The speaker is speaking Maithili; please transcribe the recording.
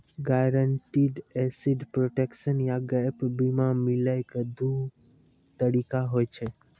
गायरंटीड एसेट प्रोटेक्शन या गैप बीमा मिलै के दु तरीका होय छै